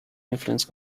influence